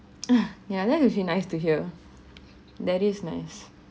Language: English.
yeah that would be nice to hear that is nice